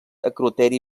acroteri